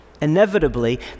Inevitably